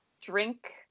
drink